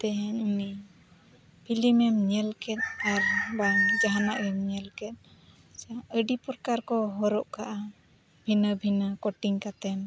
ᱛᱮᱦᱮᱧ ᱩᱱᱤ ᱮᱢ ᱧᱮᱞ ᱠᱮᱫ ᱟᱨ ᱵᱟᱝ ᱡᱟᱦᱟᱱᱟᱜ ᱮᱢ ᱧᱮᱞ ᱠᱮᱫ ᱟᱹᱰᱤ ᱯᱨᱚᱠᱟᱨ ᱠᱚ ᱦᱚᱨᱚᱜ ᱠᱟᱜᱼᱟ ᱵᱷᱤᱱᱟᱹᱼᱵᱷᱤᱱᱟᱹ ᱠᱟᱛᱮᱢ